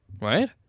right